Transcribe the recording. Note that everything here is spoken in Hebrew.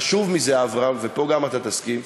חשוב מזה, אברהם, ופה גם אתה תסכים: